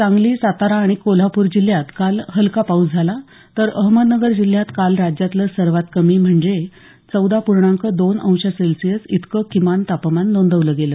सांगली सातारा आणि कोल्हापूर जिल्ह्यात काल हलका पाऊस झाला तर अहमदनगर जिल्ह्यात काल राज्यातलं सर्वात कमी म्हणजे चौदा पूर्णांक दोन अंश सेल्शियस इतकं किमान तापमान नोंदवलं गेलं